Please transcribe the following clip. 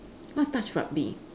what's touch rugby